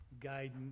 guidance